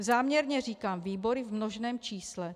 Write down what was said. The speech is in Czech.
Záměrně říkám výbory v množném čísle.